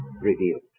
revealed